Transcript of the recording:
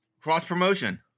cross-promotion